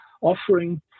offering